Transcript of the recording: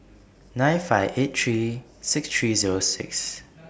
nine five eight three six three Zero six